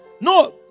No